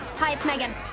hi, it's megan.